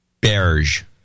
Berge